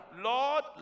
Lord